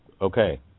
okay